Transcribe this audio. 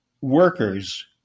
workers